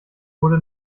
wurde